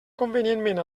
convenientment